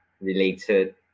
related